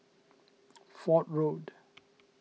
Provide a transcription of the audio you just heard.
Fort Road